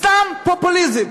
סתם פופוליזם.